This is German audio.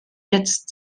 jetzt